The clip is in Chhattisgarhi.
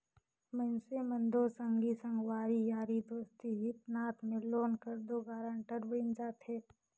मइनसे मन दो संगी संगवारी यारी दोस्ती हित नात में लोन कर दो गारंटर बइन जाथे